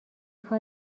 کار